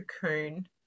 cocoon